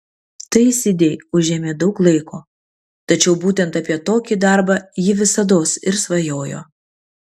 tai sidei užėmė daug laiko tačiau būtent apie tokį darbą ji visados ir svajojo